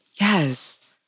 Yes